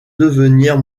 devenir